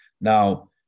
Now